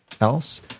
else